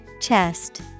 Chest